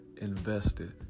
invested